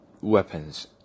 weapons